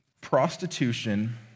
prostitution